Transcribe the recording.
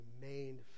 remained